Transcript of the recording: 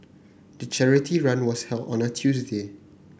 the charity run was held on a Tuesday